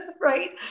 right